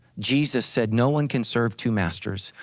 jesus said, no one can serve two masters,